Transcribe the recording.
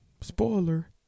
spoiler